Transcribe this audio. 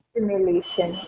Simulation